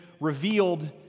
revealed